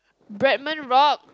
Breadman-Rock